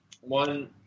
one